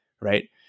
Right